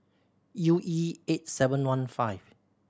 U E eight seven one five